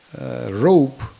rope